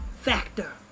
factor